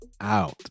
out